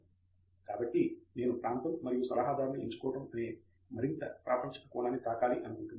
professor Andrew Thangaraj కాబట్టి నేను ప్రాంతం మరియు సలహాదారుని ఎంచుకోవడం అనే మరింత ప్రాపంచిక కోణాన్ని తాకాలి అనుకుంటున్నాను